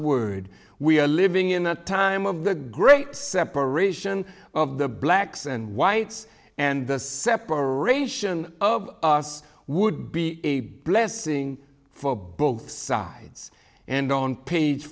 word we are living in a time of the great separation of the blacks and whites and the separation of us would be a blessing for both sides and on page